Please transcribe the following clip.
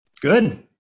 Good